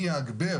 אני אתגבר